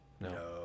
no